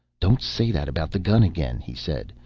don't say that about the gun again, he said.